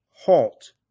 halt